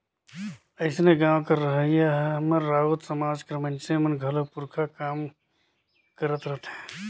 अइसने गाँव कर रहोइया हमर राउत समाज कर मइनसे मन घलो पूरखा वाला काम करत रहथें